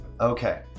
Okay